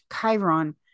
Chiron